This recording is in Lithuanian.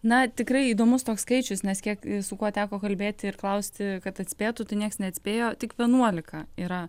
na tikrai įdomus toks skaičius nes kiek su kuo teko kalbėti ir klausti kad atspėtų tai niekas neatspėjo tik vienuolika yra